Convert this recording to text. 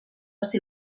ser